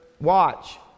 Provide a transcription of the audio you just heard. Watch